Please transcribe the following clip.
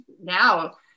now